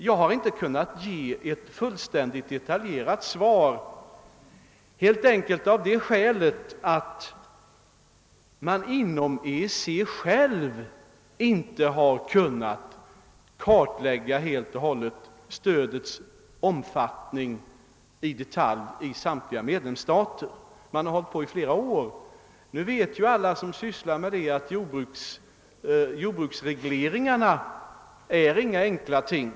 Jag har inte kunnat ge ett fullständigt och detaljerat svar helt enkelt av det skälet, att man inte ens inom EEC har kunnat. helt och hållet kartlägga stödets omfattning i samtliga medlemsstater. Man har hållit på härmed i flera år. Alla som har .sysslat med jordbruksregleringar, vet att de inte är några enkla ting.